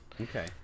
Okay